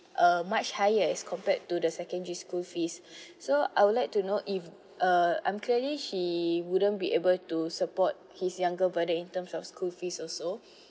uh much higher as compared to the secondary school fees so I would like to know if uh I'm clearly he wouldn't be able to support his younger brother in terms of school fees also